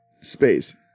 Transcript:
space